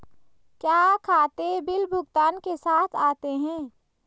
क्या खाते बिल भुगतान के साथ आते हैं?